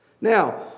Now